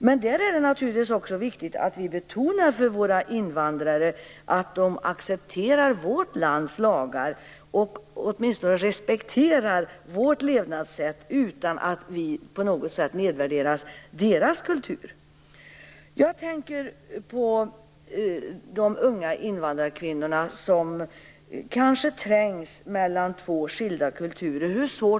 Det är naturligtvis viktigt att vi betonar för våra invandrare vikten av att de accepterar vårt lands lagar och åtminstone respekterar vårt levnadssätt utan att vi på något sätt nedvärderar deras kultur. Hur svårt måste det ändå vara för de unga invandrarkvinnor som kanske trängs mellan två skilda kulturer!